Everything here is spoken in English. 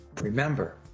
remember